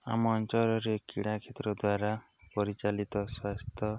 ଆମ ଅଞ୍ଚଳରେ କ୍ରୀଡ଼ା କ୍ଷେତ୍ର ଦ୍ୱାରା ପରିଚାଳିତ ସ୍ୱାସ୍ଥ୍ୟ